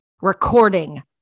recording